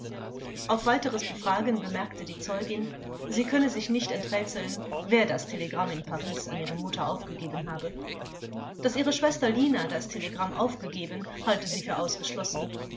auf weiteres befragen bemerkte die zeugin sie könne sich nicht enträtseln wer das telegramm in paris an ihre mutter aufgegeben habe daß ihre schwester lina das telegramm aufgegeben halte sie für ausgeschlossen